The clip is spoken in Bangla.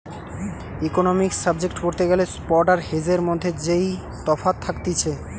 ইকোনোমিক্স সাবজেক্ট পড়তে গ্যালে স্পট আর হেজের মধ্যে যেই তফাৎ থাকতিছে